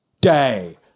day